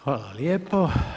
Hvala lijepo.